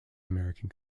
american